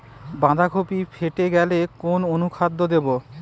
বাঁধাকপি ফেটে গেলে কোন অনুখাদ্য দেবো?